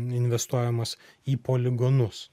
investuojamos į poligonus